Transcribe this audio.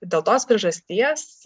dėl tos priežasties